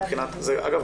אגב,